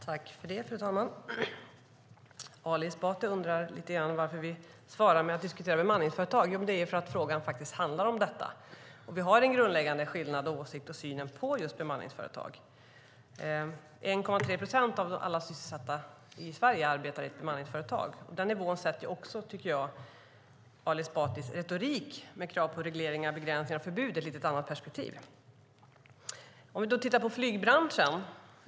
Fru talman! Ali Esbati undrar varför vi svarar med att diskutera bemanningsföretag. Det är för att frågan faktiskt handlar om det. Vi har en grundläggande skillnad i åsikt och i synen på bemanningsföretag. 1,3 procent av alla sysselsatta i Sverige arbetar i bemanningsföretag. Det sätter, tycker jag, Ali Esbatis retorik med krav på regleringar, begränsningar och förbud i ett lite annat perspektiv. Låt oss då titta på flygbranschen.